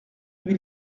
lui